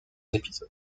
épisodes